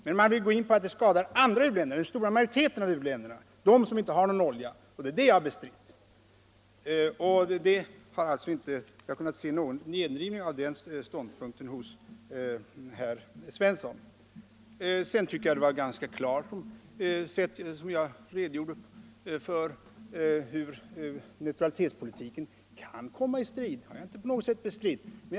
Men man menar att det skadar andra u-länder, den stora majoriteten av u-länder, de som inte har någon olja. Det är det som jag har bestritt. Och jag har inte kunnat uppfatta att herr Svensson har gendrivit den ståndpunkten. Sedan tycker jag att jag redogjorde ganska klart för hur neutralitetspolitiken kan komma i kläm. Jag har inte alls förnekat det på något sätt.